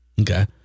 Okay